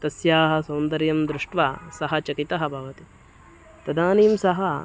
तस्याः सौन्दर्यं दृष्ट्वा सः चकितः भवति तदानीं सः